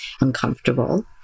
uncomfortable